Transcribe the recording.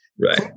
Right